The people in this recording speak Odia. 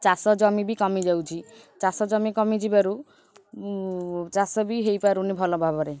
ଚାଷ ଜମି ବି କମିଯାଉଛି ଚାଷ ଜମି କମିଯିବାରୁ ଚାଷ ବି ହେଇପାରୁନି ଭଲ ଭାବରେ